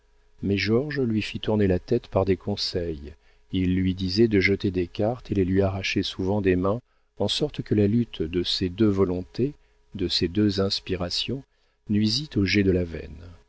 mais georges lui fit tourner la tête par des conseils il lui disait de jeter des cartes et les lui arrachait souvent des mains en sorte que la lutte de ces deux volontés de ces deux inspirations nuisit au jet de la veine